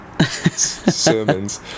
sermons